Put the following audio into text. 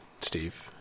Steve